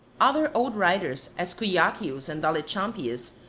other old writers, as cujacius and dalechampius,